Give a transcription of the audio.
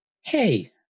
Hey